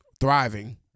thriving